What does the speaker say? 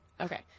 okay